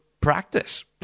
practice